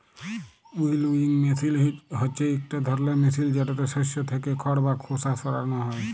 উইলউইং মেসিল হছে ইকট ধরলের মেসিল যেটতে শস্য থ্যাকে খড় বা খোসা সরানো হ্যয়